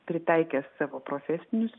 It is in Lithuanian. pritaikė savo profesinius